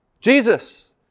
Jesus